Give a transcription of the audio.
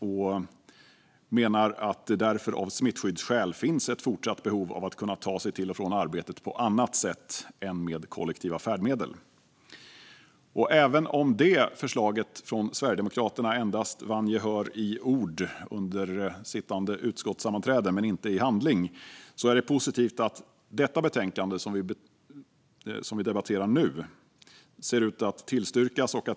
Vi menar därför att det av smittskyddsskäl finns ett fortsatt behov av att kunna ta sig till och från arbetet på annat sätt än med kollektiva färdmedel. Även om det förslaget från Sverigedemokraterna endast vann gehör i ord under sittande utskottssammanträde men inte i handling är det positivt att det betänkande som vi debatterar nu ser ut att tillstyrkas.